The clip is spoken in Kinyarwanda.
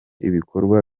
ibikorwa